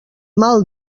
mal